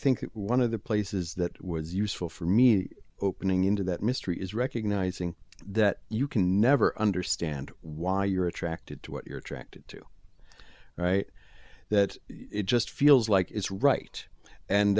think one of the places that was useful for me opening into that mystery is recognizing that you can never understand why you're attracted to what you're attracted to right that it just feels like it's right and